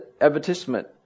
advertisement